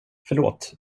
förlåt